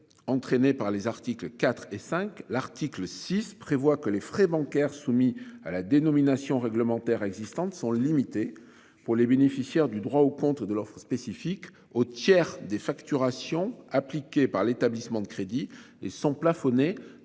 Entraînés par les articles 4 et 5, l'article 6 prévoit que les frais bancaires soumis à la dénomination réglementaires existantes sont limitées pour les bénéficiaires du droit au compte de l'offre spécifique au tiers des facturations appliqués par l'établissement de crédit et sont plafonnées par mois et par